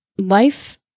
life